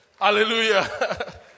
Hallelujah